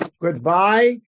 Goodbye